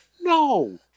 no